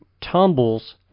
tumbles